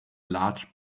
large